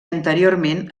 anteriorment